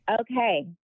Okay